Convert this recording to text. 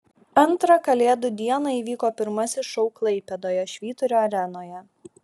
antrą kalėdų dieną įvyko pirmasis šou klaipėdoje švyturio arenoje